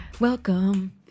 Welcome